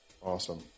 Awesome